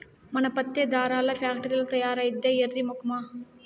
మన పత్తే దారాల్ల ఫాక్టరీల్ల తయారైద్దే ఎర్రి మొకమా